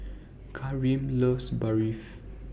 Karim loves Barfi